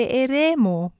eremo